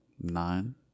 nine